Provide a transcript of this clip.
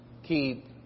Keep